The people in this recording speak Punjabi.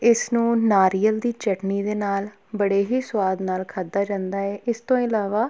ਇਸ ਨੂੰ ਨਾਰੀਅਲ ਦੀ ਚਟਨੀ ਦੇ ਨਾਲ ਬੜੇ ਹੀ ਸਵਾਦ ਨਾਲ ਖਾਧਾ ਜਾਂਦਾ ਹੈ ਇਸ ਤੋਂ ਇਲਾਵਾ